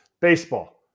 baseball